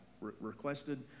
requested